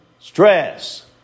Stress